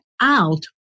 out